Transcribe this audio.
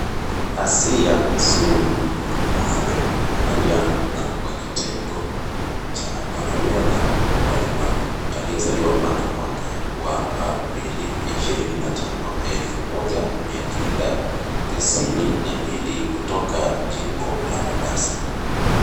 Asiya Sururu Mohammed ni mwanariadha wa kitengo cha wanariadha walemavu, aliyezaliwa mnamo mwaka wa Aprili 25, 1992, katika jimbo la Mombasa.